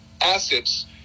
assets